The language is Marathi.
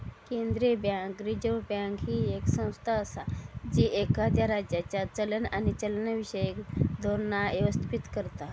केंद्रीय बँक, रिझर्व्ह बँक, ही येक संस्था असा जी एखाद्या राज्याचा चलन आणि चलनविषयक धोरण व्यवस्थापित करता